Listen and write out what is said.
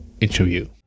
interview